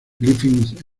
griffith